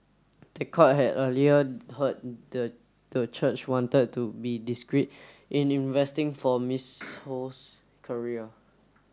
the court had earlier heard the the church wanted to be discreet in investing for Miss Ho's career